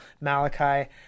Malachi